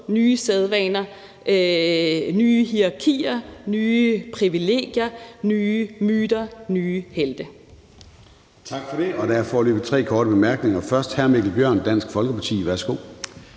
nye sædvaner, nye hierarkier, nye privilegier, nye myter og nye helte.